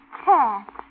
cat